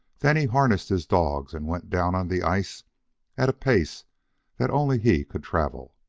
then he harnessed his dogs and went down on the ice at a pace that only he could travel.